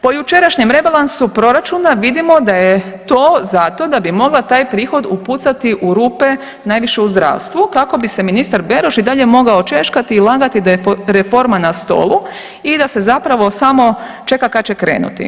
Po jučerašnjem rebalansu proračuna vidimo da je to zato da bi mogla taj prihod mogla upucati u rupe najviše u zdravstvu kako bi se ministar Beroš i dalje mogao češkati i lagati da je reforma na stolu i da se zapravo samo čeka kada će krenuti.